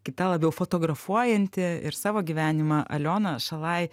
kita labiau fotografuojanti ir savo gyvenimą aliona šalaj